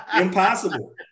impossible